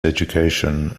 education